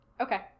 Okay